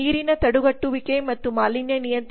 ನೀರಿನ ತಡೆಗಟ್ಟುವಿಕೆ ಮತ್ತು ಮಾಲಿನ್ಯ ನಿಯಂತ್ರಣ ಕಾಯ್ದೆಯು1974